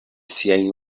siajn